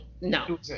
No